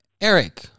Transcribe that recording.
Eric